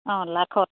অঁ লাখত